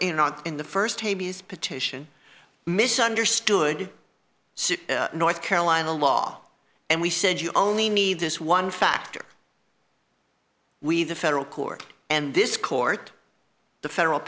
are not in the first petition misunderstood north carolina law and we said you only need this one factor we the federal court and this court the federal